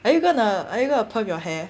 are you gonna are you gonna perm your hair